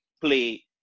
play